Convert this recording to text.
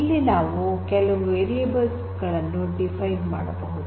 ಇಲ್ಲಿ ನಾವು ಕೆಲವು ವೇರಿಯಬಲ್ಸ್ ಗಳನ್ನು ಡಿಫೈನ್ ಮಾಡಬಹುದು